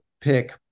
pick